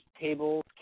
tables